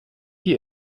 die